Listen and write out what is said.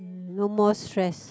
no more stress